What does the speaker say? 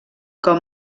com